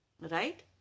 right